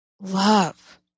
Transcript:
love